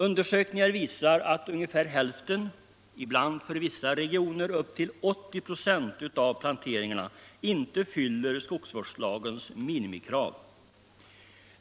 Undersökningar visar, att ungefär hälften — ibland för vissa regioner upp till 80 96 — av planteringarna inte fyller skogsvårdslagens minimikrav.